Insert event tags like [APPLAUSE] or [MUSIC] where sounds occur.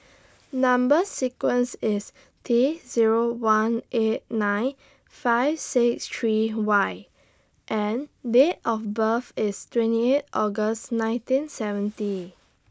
[NOISE] Number sequence IS T Zero one eight nine five six three Y and Date of birth IS twenty eight August nineteen seventy